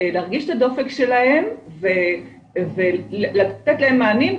להרגיש את הדופק שלהם ולתת להם מענים.